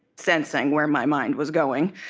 sensing where my mind was going.